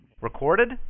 Recorded